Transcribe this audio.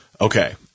okay